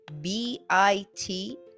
B-I-T